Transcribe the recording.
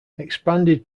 expanded